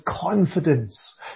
confidence